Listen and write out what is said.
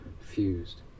fused